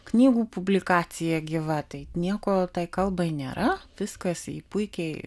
knygų publikacija gyva tai nieko tai kalbai nėra viskas puikiai